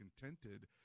contented